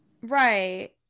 Right